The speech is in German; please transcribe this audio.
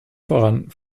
voran